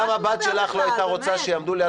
גם הבת שלך לא הייתה רוצה שיעמדו ליד